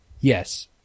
Yes